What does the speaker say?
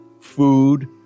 food